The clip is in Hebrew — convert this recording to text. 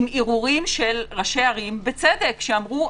עם ערעורים של ראשי ערים בצדק שאמרו: